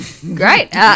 great